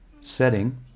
setting